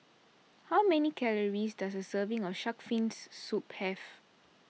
how many calories does a serving of Shark's Fin Soup have